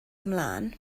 ymlaen